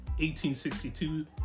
1862